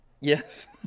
Yes